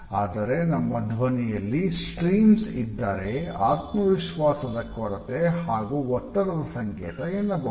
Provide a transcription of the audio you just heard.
ಆದರೆ ನಮ್ಮ ಧ್ವನಿಯಲ್ಲಿ ಸ್ಟ್ರೀಮ್ರ್ಸ್ ಇದ್ದರೇ ಆತ್ಮವಿಶ್ವಾಸದ ಕೊರತೆ ಹಾಗು ಒತ್ತಡದ ಸಂಕೇತ ಎನ್ನಬಹುದು